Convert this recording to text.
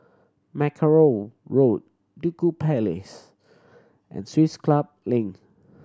Mackerrow Road Duku Place and Swiss Club Link